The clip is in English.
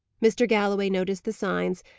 mr. galloway noticed the signs,